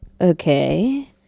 okay